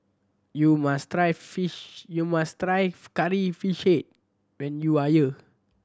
you must try fish you must try Curry Fish Head when you are here